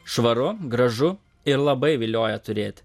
švaru gražu ir labai vilioja turėti